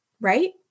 right